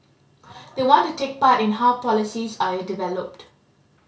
they want to take part in how policies are developed